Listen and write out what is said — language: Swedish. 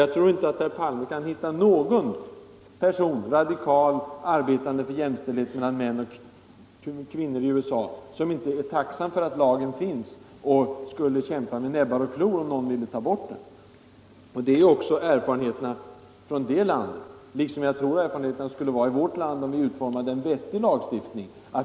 Jag tror inte att herr Palme kan hitta någon radikalt inställd person, som arbetar för jämställdhet mellan män och kvinnor i USA, som inte är tacksam att lagen finns och som inte skulle kämpa med näbbar och klor om man ville avskaffa den. Jag tror att erfarenheterna i vårt land skulle bli liknande, om vi utformade en vettig lagstiftning.